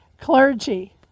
clergy